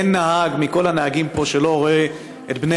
אין נהג מכול הנהגים פה שלא רואה את בני